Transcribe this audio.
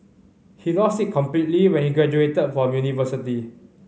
he lost it completely when he graduated from university